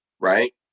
right